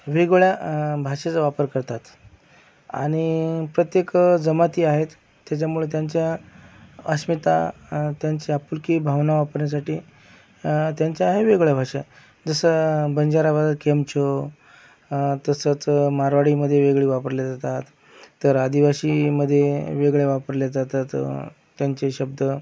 वेगळ्या भाषेचा वापर करतात आणि प्रत्येक जमाती आहेत त्याच्यामुळे त्यांच्या अस्मिता त्यांची आपुलकी भावना वापरण्यासाठी त्यांच्या आहे वेगळ्या भाषा जसं बंजारामधे केम छो तसंच मारवाडीमधे वेगळी वापरल्या जातात तर आदिवासीमधे वेगळ्या वापरल्या जातात त्यांचे शब्द